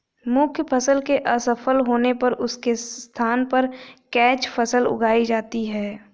मुख्य फसल के असफल होने पर उसके स्थान पर कैच फसल उगाई जाती है